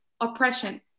oppression